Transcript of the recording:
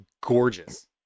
gorgeous